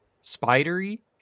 spidery